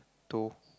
toe